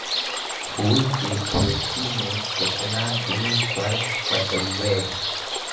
फूल के खेती में केतना दिन पर पटइबै?